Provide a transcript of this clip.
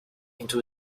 into